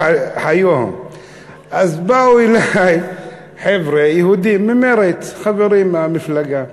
אז באו אלי חבר'ה יהודים ממרצ, חברים מהמפלגה,